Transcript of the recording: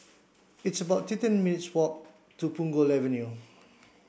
it's about thirteen minutes' walk to Punggol Avenue